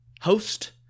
host